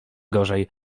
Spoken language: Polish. gorzej